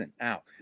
out